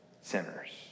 sinners